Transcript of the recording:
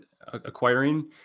acquiring